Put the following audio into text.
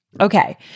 Okay